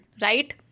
right